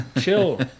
Chill